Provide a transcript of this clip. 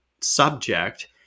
subject